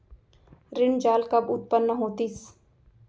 ऋण जाल कब उत्पन्न होतिस?